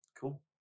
cool